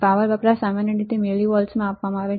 power વપરાશ સામાન્ય રીતે મિલીવોલ્ટ્સમાં હોય છે